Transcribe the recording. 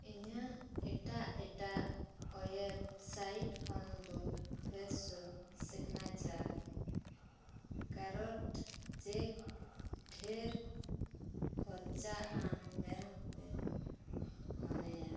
ᱤᱧᱟᱹᱜ ᱮᱴᱟᱜᱼᱮᱴᱟᱜ website ᱠᱷᱚᱱ ᱫᱚ ᱯᱷᱮᱨᱥᱳ ᱥᱤᱜᱽᱱᱮᱪᱟᱨ ᱠᱟᱨᱚᱴ ᱠᱮᱠ ᱰᱷᱮᱨ ᱠᱷᱚᱨᱪᱟᱱ ᱢᱮᱱᱛᱮ ᱢᱚᱱᱮᱭᱟ